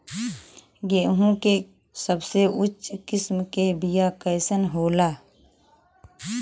गेहूँ के सबसे उच्च किस्म के बीया कैसन होला?